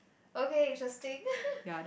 okay interesting